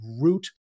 root